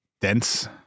dense